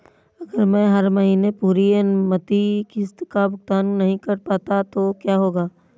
अगर मैं हर महीने पूरी अनुमानित किश्त का भुगतान नहीं कर पाता तो क्या होगा?